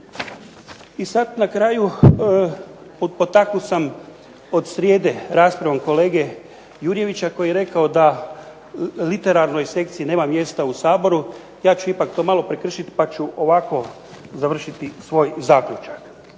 I sada na kraju, potaknut sam od srijede raspravom kolege Jurjevića koji je rekao da literarnoj sekciji nema mjesta u Saboru. Ja ću ipak to malo prekršiti pa ću ovako zaključiti svoj zaključak: